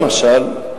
למשל,